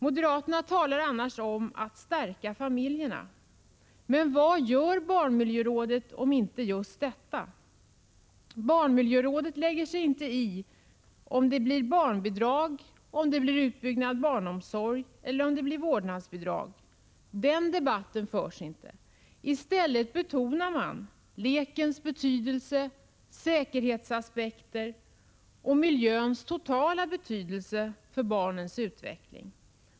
Moderaterna talar annars gärna om att stärka familjerna, men vad gör barnmiljörådet om inte just detta? Barnmiljörådet lägger sig inte i om det blir barnbidrag, utbyggd barnomsorg, eller vårdnadsbidrag. Den debatten för man inte där. I stället betonar man säkerhetsaspekter och lekens och den totala miljöns betydelse för barnens utveckling.